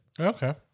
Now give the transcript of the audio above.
Okay